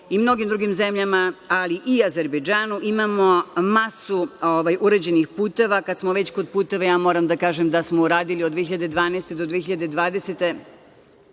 i mnogim drugim zemljama, ali i Azerbejdžanu. Imamo masu urađenih puteva. Kada smo već kod puteva, ja moram da kažem da smo uradili od 2012. do 2020.